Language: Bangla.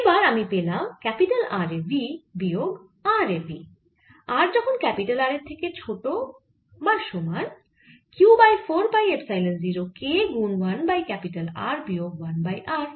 এবার আমি পেলাম R এ v বিয়োগ r এ v r যখন R এর থেকে ছোট সমান Q বাই 4 পাই এপসাইলন 0 k গুন 1 বাই ক্যাপিটাল R বিয়োগ 1 বাই r